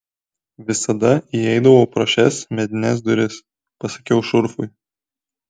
visada įeidavau pro šias medines duris pasakiau šurfui